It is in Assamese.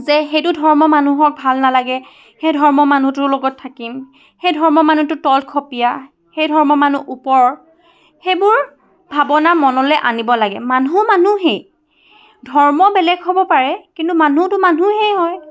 যে সেইটো ধৰ্মৰ মানুহক ভাল নালাগে সেই ধৰ্মৰ মানুহটোৰ লগত থাকিম সেই ধৰ্মৰ মানুহটো তলখপিয়া সেই ধৰ্মৰ মানুহ ওপৰ সেইবোৰ ভাৱনা মনলৈ আনিব লাগে মানুহ মানুহেই ধৰ্ম বেলেগ হ'ব পাৰে কিন্তু মানুহটো মানুহেই হয়